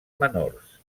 menors